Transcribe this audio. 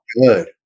good